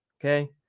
Okay